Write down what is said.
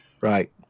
right